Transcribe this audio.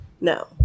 no